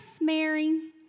Mary